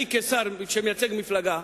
אני כשר שמייצג מפלגה,